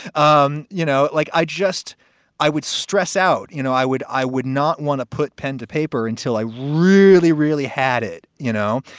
um you know, like, i just i would stress out, you know, i would i would not want to put pen to paper until i really, really had it, you know,